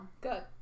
Good